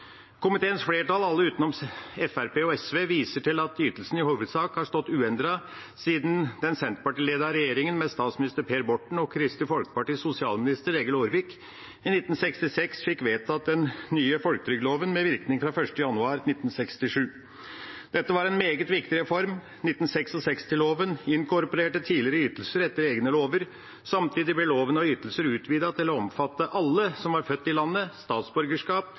Komiteens flertall, alle utenom Fremskrittspartiet og SV, viser til at ytelsene i hovedsak har stått uendret siden den Senterparti-ledede regjeringa med statsminister Per Borten og Kristelig Folkepartis sosialminister Egil Aarvik i 1966 fikk vedtatt den nye folketrygdloven med virkning fra 1. januar 1967. Dette var en meget viktig reform. 1966-loven inkorporerte tidligere ytelser etter egne lover. Samtidig ble loven og ytelser utvidet til å omfatte alle som er født i landet, har statsborgerskap